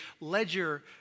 ledger